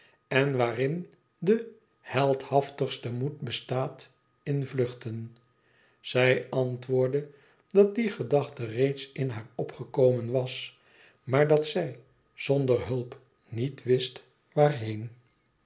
en waarin de heldhaftigste moed bestaat m vluchten zij antwoordde dat die gedachte reeds in haar opgekomen was maar dat zij zonder hulp niet wist waarheen